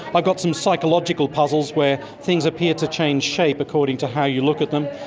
but got some psychological puzzles where things appear to change shape according to how you look at them.